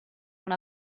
una